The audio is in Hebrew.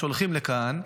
שולחים לכאן.